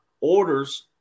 orders